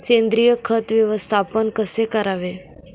सेंद्रिय खत व्यवस्थापन कसे करावे?